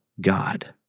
God